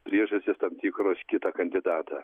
priežastys tam tikros kitą kandidatą